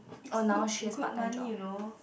it's good in good money you know